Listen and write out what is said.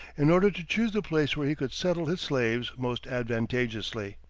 in order to choose the place where he could settle his slaves most advantageously.